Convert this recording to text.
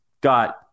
got